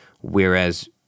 Whereas